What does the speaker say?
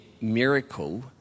miracle